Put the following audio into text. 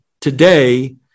today